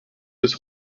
bis